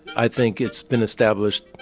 i think it's been established,